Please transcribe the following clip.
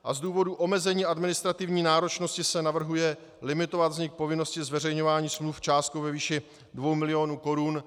A z důvodu omezení administrativní náročnosti se navrhuje limitovat vznik povinnosti zveřejňování smluv částkou ve výši 2 mil. korun.